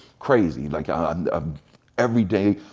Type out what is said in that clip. crazy. like, and um every day,